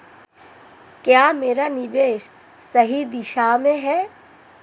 क्या मेरा निवेश सही दिशा में है?